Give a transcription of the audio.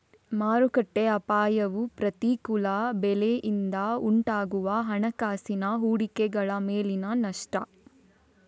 ಮಾರುಕಟ್ಟೆ ಅಪಾಯವು ಪ್ರತಿಕೂಲ ಬೆಲೆಯಿಂದ ಉಂಟಾಗುವ ಹಣಕಾಸಿನ ಹೂಡಿಕೆಗಳ ಮೇಲಿನ ನಷ್ಟ